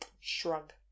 shrug